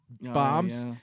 bombs